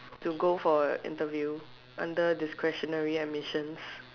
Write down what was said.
to go for interview under discretionary admissions